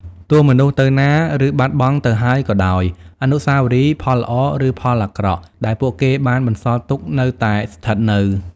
ទោះមនុស្សទៅណា ឬបាត់បង់ទៅហើយក៏ដោយ អនុស្សាវរីយ៍ ផលល្អ ឬ ផលអាក្រក់ ដែលពួកគេបានបន្សល់ទុក នៅតែស្ថិតនៅ។